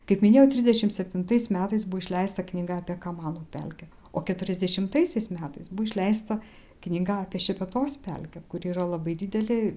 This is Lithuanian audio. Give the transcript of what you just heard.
kaip minėjau trisdešimt septintais metais buvo išleista knyga apie kamanų pelkę o keturiasdešimtaisiais metais buvo išleista knyga apie šepetos pelkę kuri yra labai didelė